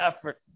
effort